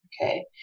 okay